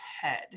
head